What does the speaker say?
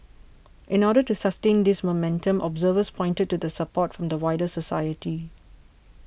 in order to sustain this momentum observers pointed to the support from the wider society